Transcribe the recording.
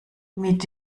mit